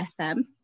FM